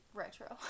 retro